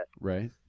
Right